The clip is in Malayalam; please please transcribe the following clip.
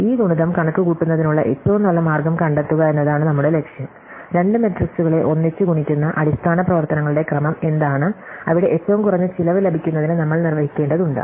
ഈ ഗുണിതം കണക്കുകൂട്ടുന്നതിനുള്ള ഏറ്റവും നല്ല മാർഗ്ഗം കണ്ടെത്തുക എന്നതാണ് നമ്മുടെ ലക്ഷ്യം രണ്ട് മെട്രിക്സുകളെ ഒന്നിച്ച് ഗുണിക്കുന്ന അടിസ്ഥാന പ്രവർത്തനങ്ങളുടെ ക്രമം എന്താണ് അവിടെ ഏറ്റവും കുറഞ്ഞ ചിലവ് ലഭിക്കുന്നതിന് നമ്മൾ നിർവ്വഹിക്കേണ്ടതുണ്ട്